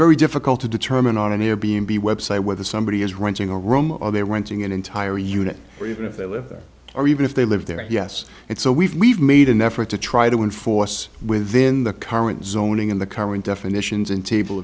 very difficult to determine on an air b n b website whether somebody is renting a room or they renting an entire unit or even if they live or even if they live there yes and so we've we've made an effort to try to enforce within the current zoning in the current definitions in table